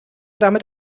damit